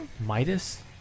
Midas